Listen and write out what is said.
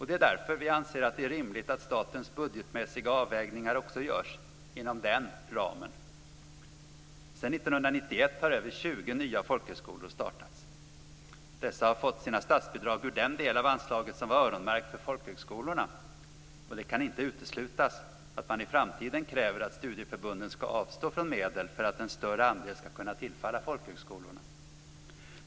Det är därför vi anser att det är rimligt att statens budgetmässiga avvägningar också görs inom den ramen. Sedan år 1991 har över 20 nya folkhögskolor startats. Dessa har fått sina statsbidrag ur den del av anslaget som var öronmärkt för folkhögskolorna. Det kan inte uteslutas att man i framtiden kräver att studieförbunden ska avstå från medel för att en större andel ska kunna tillfalla folkhögskolorna.